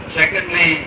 secondly